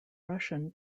russian